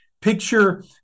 picture